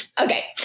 Okay